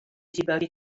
debugger